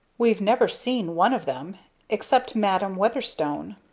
we've never seen one of them except madam weatherstone!